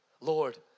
Lord